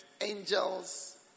angels